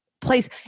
place